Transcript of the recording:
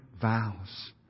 vows